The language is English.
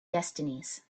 destinies